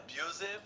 abusive